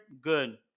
good